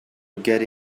get